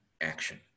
action